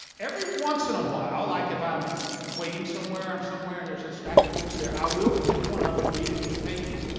every once in awhile, like if i'm waiting somewhere, i'm somewhere and there's a stack of books there, i will pick one up and read a few pages.